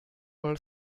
all